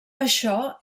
això